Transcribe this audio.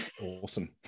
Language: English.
Awesome